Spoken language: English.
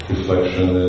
Reflection